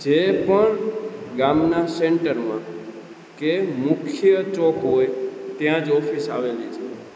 જે પણ ગામના સેન્ટરમાં કે મુખ્ય ચોકો હોય ત્યાં જ ઓફિસ આવેલી છે